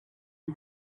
you